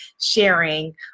sharing